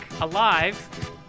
alive